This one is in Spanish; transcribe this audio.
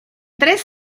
tres